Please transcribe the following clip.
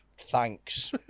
Thanks